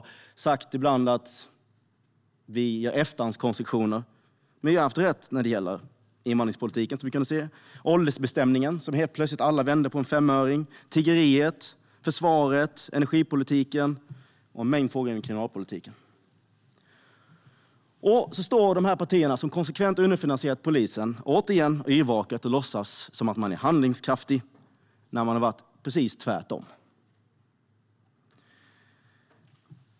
Ibland har de sagt att vi gör efterhandskonstruktioner. Men vi har haft rätt när det gäller invandringspolitiken, vilket vi kunnat se. När det gäller åldersbestämning har alla helt plötsligt vänt på en femöring. På samma sätt är det med tiggeriet, försvaret, energipolitiken och en mängd frågor inom kriminalpolitiken. Nu står återigen dessa partier, som konsekvent underfinansierat polisen, yrvaket och låtsas som att de är handlingskraftiga när de varit precis tvärtom.